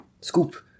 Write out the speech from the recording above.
scoop